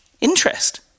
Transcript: Interest